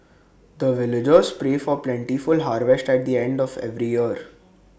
the villagers pray for plentiful harvest at the end of every year